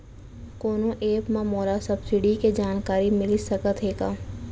कोनो एप मा मोला सब्सिडी के जानकारी मिलिस सकत हे का?